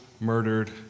murdered